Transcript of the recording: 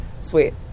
sweet